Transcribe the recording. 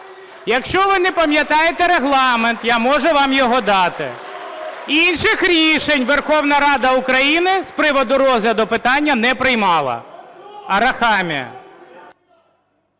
Якщо ви не пам'ятаєте Регламент, я можу вам його дати. Інших рішень Верховна Рада України з приводу розгляду питання не приймала. Арахамія.